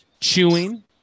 Chewing